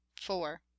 Four